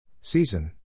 Season